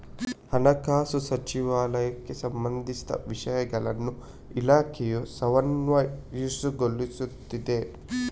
ಹಣಕಾಸು ಸಚಿವಾಲಯಕ್ಕೆ ಸಂಬಂಧಿಸಿದ ವಿಷಯಗಳನ್ನು ಇಲಾಖೆಯು ಸಮನ್ವಯಗೊಳಿಸುತ್ತಿದೆ